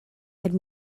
had